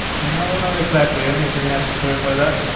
no, not exactly. i think you're gonna have to clarify that.